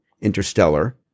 interstellar